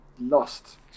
lost